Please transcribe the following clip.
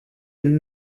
inn